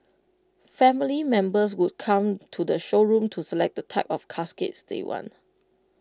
family members would come to the showroom to select the type of caskets they want